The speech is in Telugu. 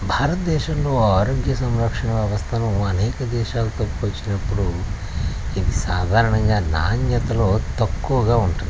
భారతదేశంలో ఆరోగ్య సంరక్షణ వ్యవస్థను అనేక దేశాలతో పోల్చినపుడు ఇది సాధారణంగా నాణ్యతలో తక్కువగా ఉంటుంది